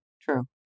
true